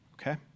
okay